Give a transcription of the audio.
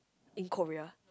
in Korea